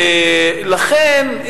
לכן,